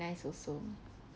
nice also